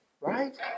right